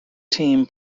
team